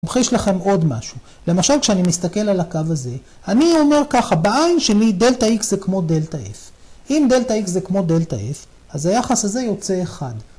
ממחיש לכם עוד משהו, למשל כשאני מסתכל על הקו הזה אני אומר ככה בעין שלי Delta X זה כמו Delta F. אם Delta X זה כמו Delta F אז היחס הזה יוצא אחד.